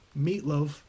Meatloaf